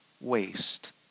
waste